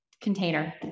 container